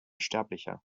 sterblicher